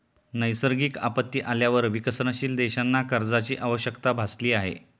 नैसर्गिक आपत्ती आल्यावर विकसनशील देशांना कर्जाची आवश्यकता भासली आहे